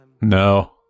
No